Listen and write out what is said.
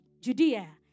Judea